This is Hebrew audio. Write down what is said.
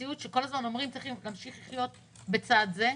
במציאות שכל הזמן אומרים שצריך להמשיך לחיות בצד זה.